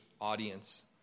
audience